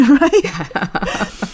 right